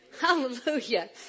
Hallelujah